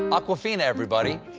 um awkwafina, everybody!